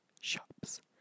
Shops